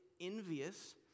envious